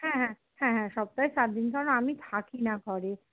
হ্যাঁ হ্যাঁ হ্যাঁ হ্যাঁ সপ্তাহে সাতদিন কারণ আমি থাকি না ঘরে